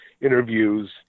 interviews